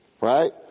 right